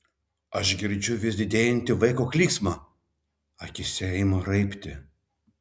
aš girdžiu vis didėjantį vaiko klyksmą akyse ima raibti